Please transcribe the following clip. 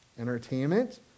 Entertainment